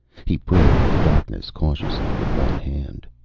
he probed the darkness cautiously with one hand.